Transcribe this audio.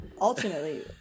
ultimately